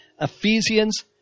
Ephesians